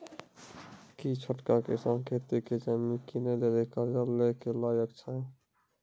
कि छोटका किसान खेती के जमीन किनै लेली कर्जा लै के लायक छै?